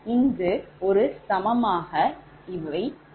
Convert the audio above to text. இங்கு இது சமமாக இல்லை